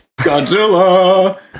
Godzilla